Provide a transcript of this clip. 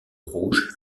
rouge